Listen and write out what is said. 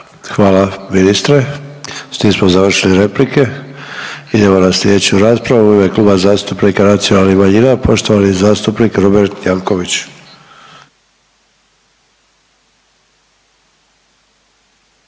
Hvala ministre. S tim smo završili replike. Idemo na sljedeću raspravu. U ime Kluba zastupnika nacionalnih manjina, poštovani zastupnik Robert Jankovics.